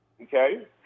okay